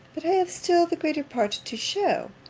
but i have still the greater part to shew!